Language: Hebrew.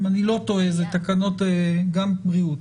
אם אני לא טועה זה תקנות גם בריאות,